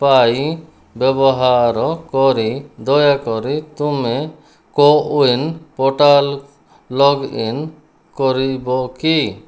ପାଇଁ ବ୍ୟବହାର କରି ଦୟାକରି ତୁମେ କୋୱିିନ୍ ପୋର୍ଟାଲ୍ ଲଗ୍ଇନ୍ କରିବ କି